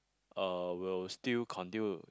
uh will still continue to